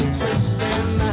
twisting